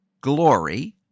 glory